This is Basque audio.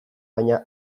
baina